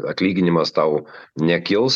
atlyginimas tau nekils